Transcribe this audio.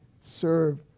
serve